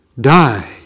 die